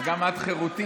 אז גם "את חירותי",